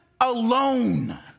alone